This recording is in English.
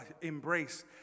embrace